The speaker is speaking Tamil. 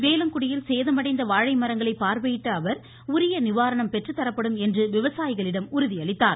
வேலங்குடியில் சேதமடைந்த வாழை மரங்களை பார்வையிட்ட அவர் உரிய நிவாரணம் பெற்றுத்தரப்படும் என்று விவசாயிகளிடம் உறுதியளித்தார்